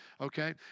Okay